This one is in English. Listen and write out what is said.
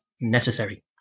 necessary